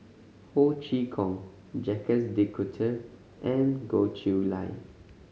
Ho Chee Kong Jacques De Coutre and Goh Chiew Lye